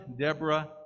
Deborah